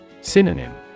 Synonym